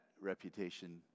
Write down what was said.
reputation